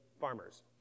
farmers